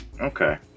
Okay